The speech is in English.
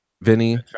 Vinny